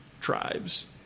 tribes